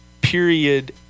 period